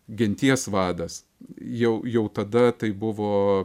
genties vadas jau jau tada tai buvo